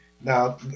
Now